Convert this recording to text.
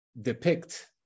depict